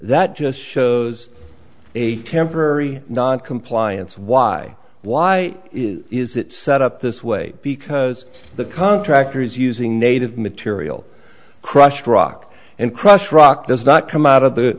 that just shows a temporary noncompliance why why is it set up this way because the contractors using native material crushed rock and crushed rock does not come out of the